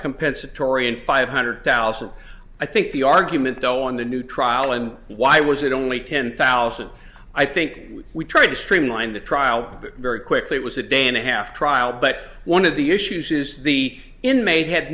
compensatory and five hundred thousand i think the argument though on the new trial and why was it only ten thousand i think we tried to streamline the trial very quickly it was a day and a half trial but one of the issues is the inmate had